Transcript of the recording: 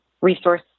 resource